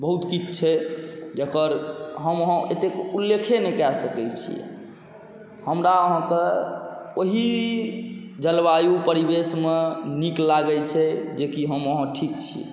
बहुत किछु छै जकर हम अहाँ एतऽ उल्लेखे नहि कऽ सकै छिए हमरा अहाँके ओही जलवायु परिवेशमे नीक लागै छै जे कि हम अहाँ ठीक छी